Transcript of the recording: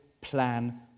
plan